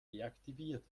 deaktiviert